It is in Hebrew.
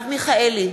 אינו נוכח מרב מיכאלי,